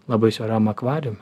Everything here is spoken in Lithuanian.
labai siauram akvariume